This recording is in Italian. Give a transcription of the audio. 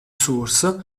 source